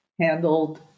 handled